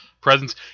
presence